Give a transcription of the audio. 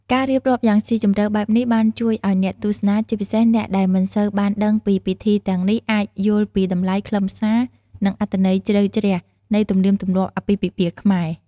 ការរៀបរាប់យ៉ាងស៊ីជម្រៅបែបនេះបានជួយឲ្យអ្នកទស្សនា ជាពិសេសអ្នកដែលមិនសូវបានដឹងពីពិធីទាំងនេះ អាចយល់ពីតម្លៃ ខ្លឹមសារ និងអត្ថន័យជ្រៅជ្រះនៃទំនៀមទម្លាប់អាពាហ៍ពិពាហ៍ខ្មែរ។